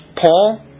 Paul